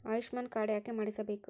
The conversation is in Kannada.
ಆಯುಷ್ಮಾನ್ ಕಾರ್ಡ್ ಯಾಕೆ ಮಾಡಿಸಬೇಕು?